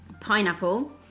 pineapple